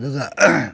ꯑꯗꯨꯒ